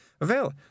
Well